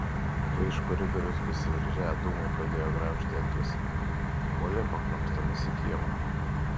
kai iš koridoriaus besiveržią dūmai pradėjo graužti akis puolė paknopstomis į kiemą